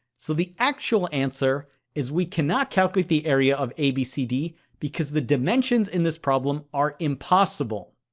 so the actual answer is we cannot calculate the area of abcd because the dimensions in this problem are impossible.